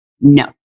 No